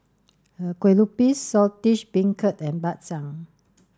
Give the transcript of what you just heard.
Kueh Lupis Saltish Beancurd and Bak Chang